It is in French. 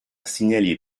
signalé